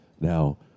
Now